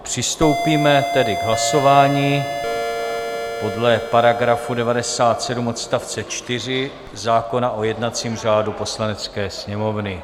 Přistoupíme tedy k hlasování podle § 97 odstavce 4 zákona o jednacím řádu Poslanecké sněmovny.